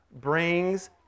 brings